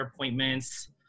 appointments